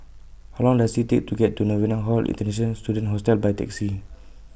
How Long Does IT Take to get to Novena Hall International Students Hostel By Taxi